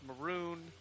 maroon